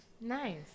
Nice